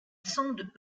sonde